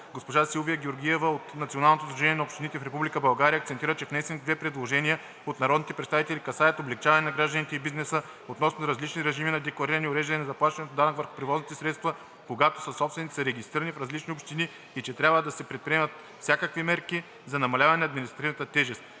Госпожа Силвия Георгиева от Националното сдружение на общините в Република България акцентира, че внесените две предложения от народните представители касаят облекчаване на гражданите и бизнеса относно различни режими на деклариране и уреждане на заплащането на данък върху превозните средства, когато съсобствениците са регистрирани в различни общини, и че трябва да се предприемат всякакви мерки за намаляване на административната тежест.